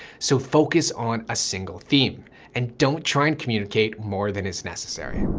so focus on a single theme and don't try and communicate more than it's necessary.